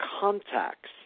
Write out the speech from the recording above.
contacts